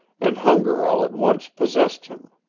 and hunger all at once possessed him.